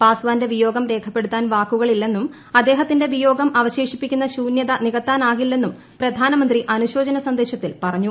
പാസ്വാന്റെ വിയോഗം രേഖപ്പെടുത്താൻ വാക്കുകളില്ലെന്നും അദ്ദേഹത്തിന്റെ വിയോഗം അവശേഷിപ്പിക്കുന്ന ശൂന്യത നികത്താനാകില്ലെന്നും പ്രധാനമന്ത്രി അനുശോചന സന്ദേശത്തിൽ പറഞ്ഞു